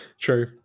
true